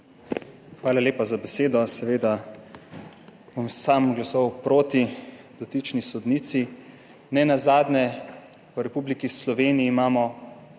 Hvala lepa za besedo. Seveda bom sam glasoval proti dotični sodnici, nenazadnje imamo v Republiki Sloveniji,